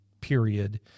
period